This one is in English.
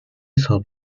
sold